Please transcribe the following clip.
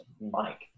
Mike